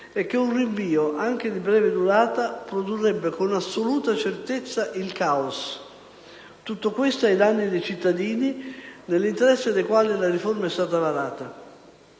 e che un rinvio - anche di breve durata - produrrebbe con assoluta certezza il caos. Tutto questo, a danno dei cittadini, nell'interesse dei quali la riforma è stata varata.